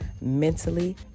mentally